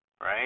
right